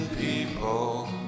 people